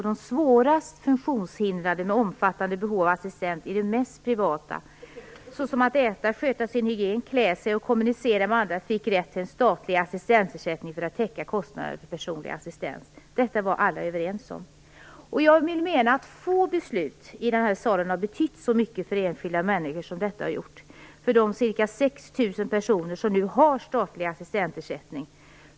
De svårast funktionshindrade med omfattande behov av assistans i det mest privata - som att äta, sköta sin hygien, klä sig och kommunicera med andra - fick rätt till en statlig assistansersättning för att täcka kostnaden för att täcka kostnaderna för personlig assistans. Detta var alla överens om. Jag vill mena att få beslut i den här salen har betytt så mycket för enskilda människor som detta har gjort för de ca 6 000 personer som nu har statlig assistansersättning.